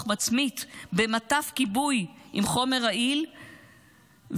מצמית במטף כיבוי עם חומר רעיל ומסוכן,